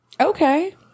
Okay